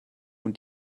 und